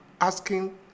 asking